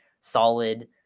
solid